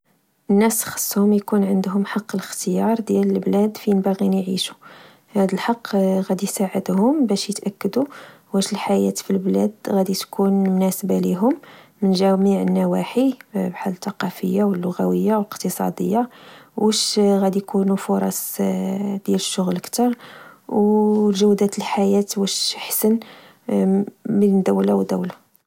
الناس خصهوم يكون عندهم حق الإختبار ديال البلاد فين باغين يعيشو. هاد الحق غادي يساعدهم باش يتأكدوا واش الحياة البلاد غادي تكون مناسبة ليهم من جميع النواحي: ، فحال الثقافية، واللغوية، و الإقتصادية، اواس غدي يكونو فرص ديال الشغل كتر، و جودة الحياة واش حسن من دولة و دولة